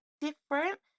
different